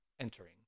entering